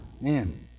man